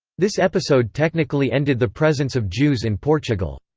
this episode technically ended the presence of jews in portugal.